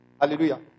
Hallelujah